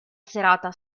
serata